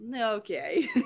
Okay